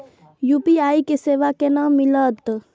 UPI के सेवा केना मिलत?